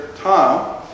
Tom